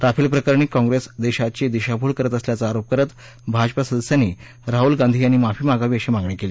Rafale प्रकरणी काँग्रेस देशीची दिशाभूल करत असल्याचा आरोप करत भाजपा सदस्यांनी राहल गांधी यांनी माफी मागावी अशी मागणी केली